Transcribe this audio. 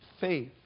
faith